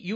U